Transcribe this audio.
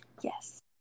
Yes